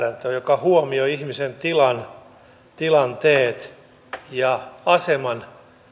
huomioi ihmisen tilan tilanteet ja aseman